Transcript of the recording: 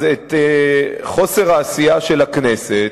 אז את חוסר העשייה של הכנסת,